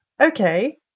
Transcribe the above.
Okay